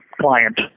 client